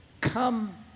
Come